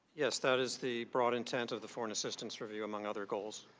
yes. that is the broad intent of the foreign assistance review among other goals.